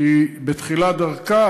שהיא בתחילת דרכה,